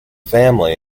family